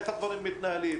איך הדברים מתנהלים,